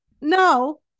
no